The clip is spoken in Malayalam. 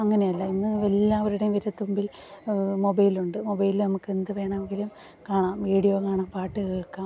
അങ്ങനെ അല്ല ഇന്ന് എല്ലാവരുടെയും വിരൽതുമ്പിൽ മൊബൈലുണ്ട് മൊബൈലിൽ നമുക്ക് എന്തു വേണമെങ്കിലും കാണാം വീഡിയോ കാണാം പാട്ടു കേൾക്കാം